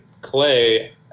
Clay